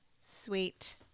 Sweet